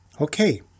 Okay